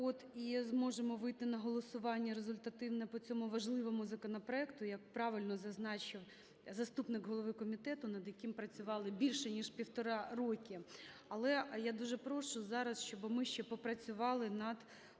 І зможемо вийти на голосування результативне по цьому важливому законопроекту, як правильно зазначив заступник голови комітету, над яким працювали більше ніж півтора роки. Але я дуже прошу зараз, щоби ми ще попрацювали над